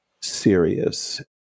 serious